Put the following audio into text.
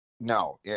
No